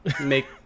make